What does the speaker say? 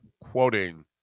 quoting